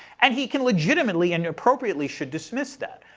and he can legitimately and appropriately should dismiss that.